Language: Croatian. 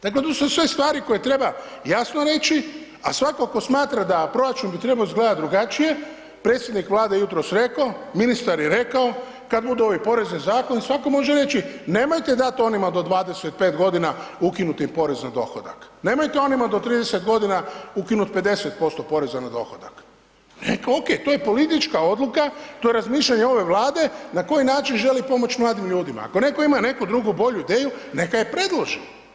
Dakle, to su sve stvari koje treba jasno reći, a svatko ko smatra da proračun bi trebao izgledati drugačije, predsjednik Vlade je jutros rekao, ministra je rekao kad budu ovi porezni zakoni svatko može reći nemojte dati onima do 25 godina ukinuti porez na dohodak, nemojte onima do 30 godina ukinut 50% porezna na dohodak, ok, to je politička odluka, to je razmišljanje ove Vlade na koji način želi pomoć mladim ljudima, ako netko ima neku drugu bolju ideju neka je predloži.